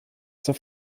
zur